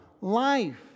life